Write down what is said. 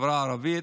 בחברה הערבית.